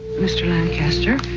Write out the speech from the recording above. mr. lancaster